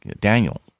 Daniel